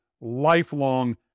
lifelong